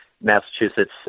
Massachusetts